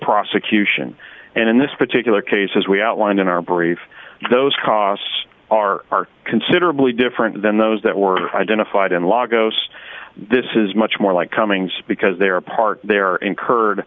prosecution and in this particular case as we outlined in our brief those costs are considerably different than those that were identified in law goes this is much more like cummings because they're part they're incurred